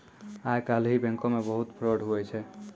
आइ काल्हि बैंको मे भी बहुत फरौड हुवै छै